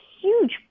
huge